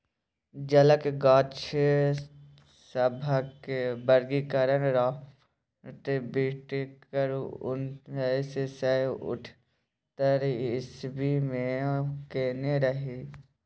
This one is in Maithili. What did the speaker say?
जलक गाछ सभक वर्गीकरण राबर्ट बिटकर उन्नैस सय अठहत्तर इस्वी मे केने रहय